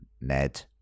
Ned